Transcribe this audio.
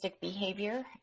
behavior